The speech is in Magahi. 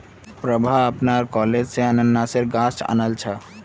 प्रभा अपनार कॉलेज स अनन्नासेर गाछ आनिल छ